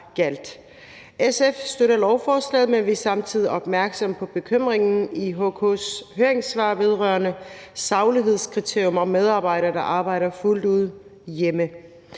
SF støtter lovforslaget, men vi er samtidig opmærksomme på den bekymring, der er i HK's høringssvar, vedrørende saglighedskriterium for medarbejdere, der fuldt ud arbejder